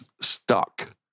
stuck